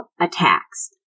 attacks